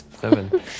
Seven